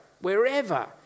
wherever